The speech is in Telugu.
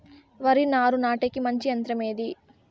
వరి నారు నాటేకి మంచి యంత్రం ఏది?